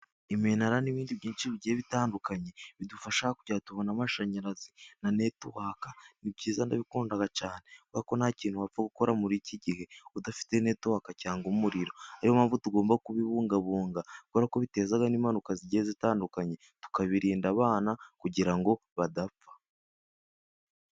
Iminana n'ibindi byinshi bigiye bitandukanye bidufasha kujya tubona amashanyarazi na netiwaka ni byiza ndabikunda cyane, kuko nta kintu wapfa gukora muri iki gihe udafite netiwaka cyangwa umuriro ariyo mpamvu tugomba kubibungabunga koko biteza n'impanuka zigiye zitandukanye, tukabirinda abana kugira ngo badapfa.